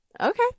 Okay